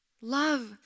Love